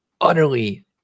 utterly –